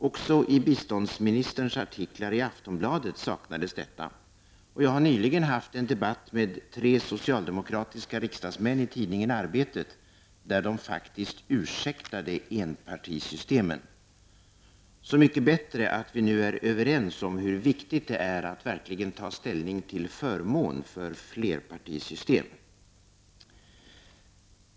Också i Lena Hjelm-Walléns artiklar i Aftonbladet saknades detta. Jag har nyligen haft en debatt i tidningen Arbetet med tre socialdemokratiska riksdagsmän där de faktiskt ursäktade enpartisystemen. Så mycket bättre att vi nu är överens om hur viktigt det är att verkligen ta ställning till förmån för flerpartisystem.